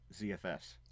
ZFS